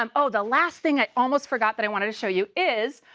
um oh, the last thing i almost forgot but i wanted to show you is,